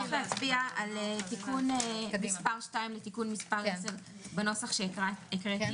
צריך להצביע על תיקון מס' 2 ותיקון מס' 10 בנוסח שהקראתי.